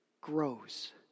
grows